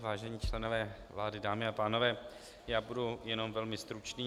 Vážení členové vlády, dámy a pánové, budu jenom velmi stručný.